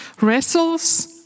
wrestles